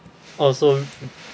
oh so